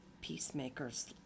peacemakers